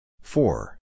Four